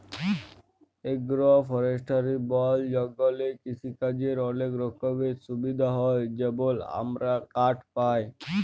agro forestry বল জঙ্গলে কিসিকাজের অলেক রকমের সুবিধা হ্যয় যেমল আমরা কাঠ পায়